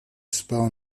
spal